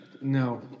No